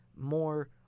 more